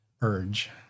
urge